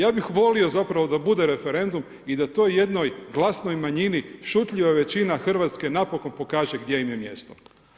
Ja bih volio zapravo a bude referendum i da to jednoj glasnoj manjini šutljiva većina Hrvatske napokon pokaže gdje im je mjesto.